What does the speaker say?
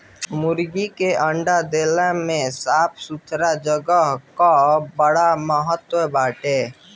मुर्गी के अंडा देले में साफ़ सुथरा जगह कअ बड़ा महत्व बाटे